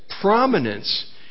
prominence